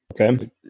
Okay